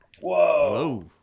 Whoa